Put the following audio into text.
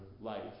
life